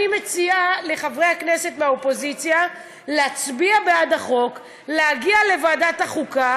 אני מציעה לחברי הכנסת מהאופוזיציה להצביע בעד החוק,